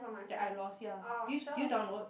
that I lost ya do you do you download